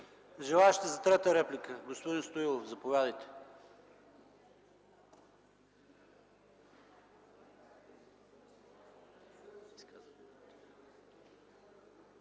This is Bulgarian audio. Желаещи за трета реплика? Господин Стоилов, заповядайте.